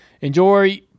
Enjoy